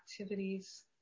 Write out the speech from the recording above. activities